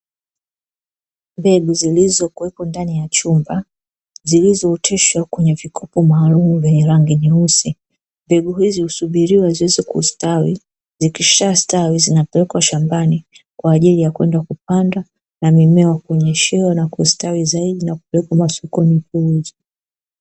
Mbegu zililokuwepo ndani ya chumba zilizooteshwa kwenye vikopo maalumu vyenye rangi nyeusi. Mbegu hizi husubiriwa ziweze kustawi, zikishastawi zinapelekwa shambani kwa ajili ya kwenda kupandwa na mimea kunyeshewa na kustawi zaidi na kupelekwa masokoni kuuzwa.